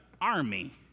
army